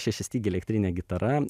šešiastygė elektrinė gitara